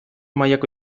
mailako